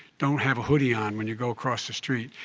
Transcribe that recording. don't have a hoodie on when you go across the street.